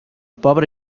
pobra